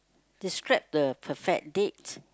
describe the perfect date